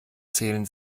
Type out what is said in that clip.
zählen